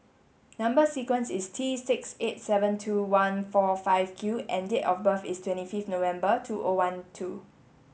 number sequence is T six eight seven two one four five Q and date of birth is twenty fifth November two O one two